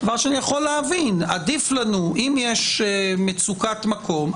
מה שאני יכול להבין: אם יש מצוקת מקום,